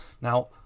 Now